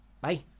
Bye